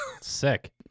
sick